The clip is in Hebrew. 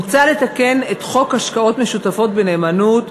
מוצע לתקן את חוק השקעות משותפות בנאמנות,